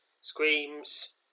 screams